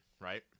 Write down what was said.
right